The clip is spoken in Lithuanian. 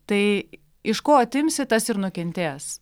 tai iš ko atimsi tas ir nukentės